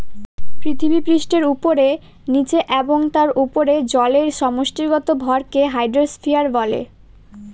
পৃথিবীপৃষ্ঠের উপরে, নীচে এবং তার উপরে জলের সমষ্টিগত ভরকে হাইড্রোস্ফিয়ার বলে